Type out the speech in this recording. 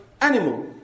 animal